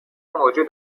موجود